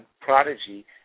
Prodigy